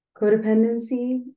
Codependency